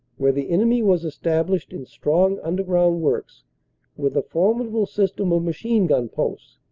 where the enemy was established in strong underground works with a formidable system of machine-gun posts.